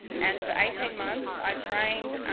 and for eighteen months, i trained